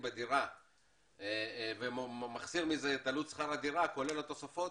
בדירה ומחסיר מזה את עלות שכר דירה כולל התוספות,